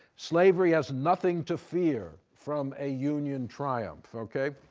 slavery has nothing to fear from a union triumph. okay?